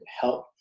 help